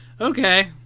okay